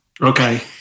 Okay